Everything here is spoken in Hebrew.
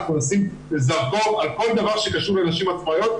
אנחנו נשים זרקור על כל דבר שקשור לנשים עצמאיות.